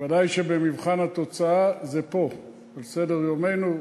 ודאי שבמבחן התוצאה זה פה על סדר-יומנו,